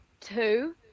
Two